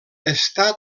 està